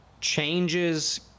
changes